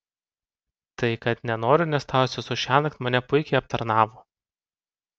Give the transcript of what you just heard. tai kad nenoriu nes tavo sesuo šiąnakt mane puikiai aptarnavo